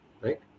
Right